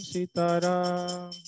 Sitaram